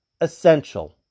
essential